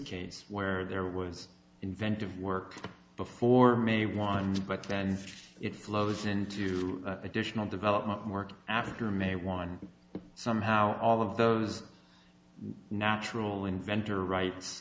case where there was inventive work before may want but then it flows into additional development work after may one somehow all of those natural inventor ri